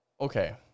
okay